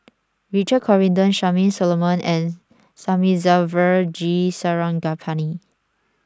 Richard Corridon Charmaine Solomon and Thamizhavel G Sarangapani